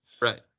Right